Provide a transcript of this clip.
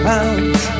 out